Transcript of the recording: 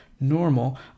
normal